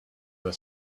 her